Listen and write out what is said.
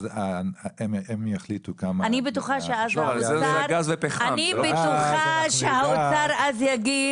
אז הם יחליטו כמה --- אני בטוחה שהאוצר אז יגיד,